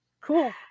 Cool